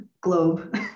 globe